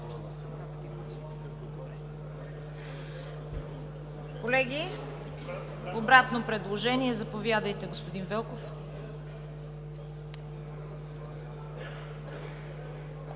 Колеги, обратно предложение. Заповядайте, господин Велков.